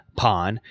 pawn